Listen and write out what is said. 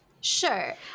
sure